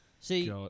see